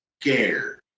scared